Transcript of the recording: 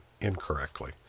incorrectly